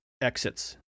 exits